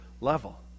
level